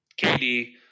KD